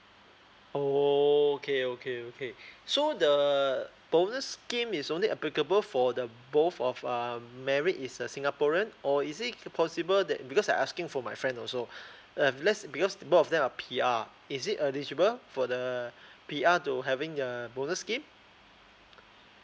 okay okay okay so the bonus scheme is only applicable for the both of err married is a singaporean or is it possible that because I asking for my friend also if let's because both of them are P_R is it eligible for the P_R to having err bonus scheme